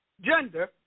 gender